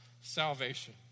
salvation